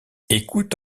écoute